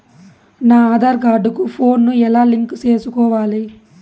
నా ఆధార్ కార్డు కు ఫోను ను ఎలా లింకు సేసుకోవాలి?